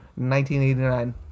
1989